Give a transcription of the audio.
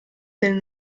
del